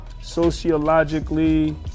sociologically